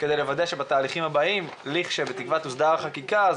כדי לוודא שבתהליכים הבאים לכשתוסדר החקיקה,